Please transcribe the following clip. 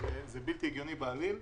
זה בלתי הגיוני בעליל.